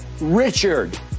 Richard